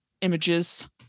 images